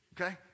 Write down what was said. okay